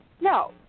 No